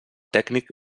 tècnic